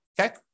okay